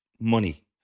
money